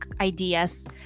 ideas